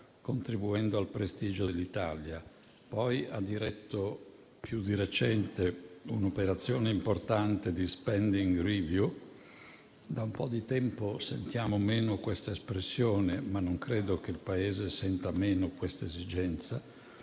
contribuendo al prestigio dell'Italia. Poi ha diretto, più di recente, un'operazione importante di *spending review*. Da un po' di tempo sentiamo meno questa espressione, ma non credo che il Paese senta meno tale esigenza.